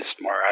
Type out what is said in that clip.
more